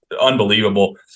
unbelievable